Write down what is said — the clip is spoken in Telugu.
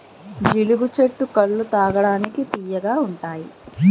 జీలుగు చెట్టు కల్లు తాగడానికి తియ్యగా ఉంతాయి